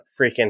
freaking